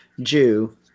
Jew